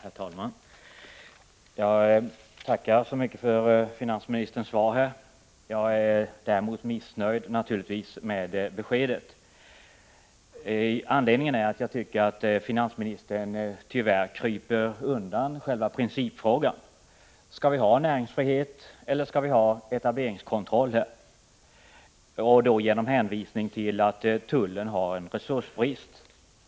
Herr talman! Jag tackar så mycket för finansministerns svar. Jag är däremot naturligtvis missnöjd med beskedet. Anledningen är att jag tycker att finansministern tyvärr kryper undan själva principfrågan. Skall vi ha näringsfrihet eller skall vi ha etableringskontroll, med hänvisning till att tullen har brist på resurser?